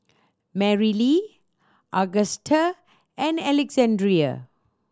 Marylee Augusta and Alexandrea